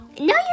no